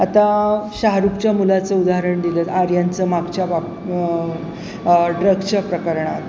आता शहरूकच्या मुलाचं उदाहरण दिलं आर्यांचं मागच्या वाप ड्रगच्या प्रकरणात